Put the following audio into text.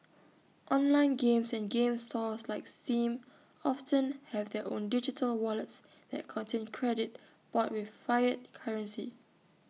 online games and game stores like steam often have their own digital wallets that contain credit bought with fiat currency